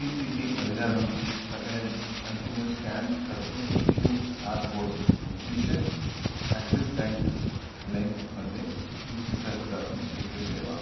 tip इति अभिधानं कथयन् अन्तिमं स्केन् कृतं क्यू आर् कोड् उद्दिश्य अक्सिस् वैङ्क् लैम् मध्ये द्विसहस्त्र दातुं शक्यसे वा